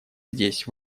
здесь